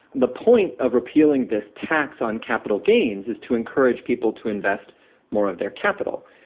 the point of repealing this tax on capital gains is to encourage people to invest more of their capital.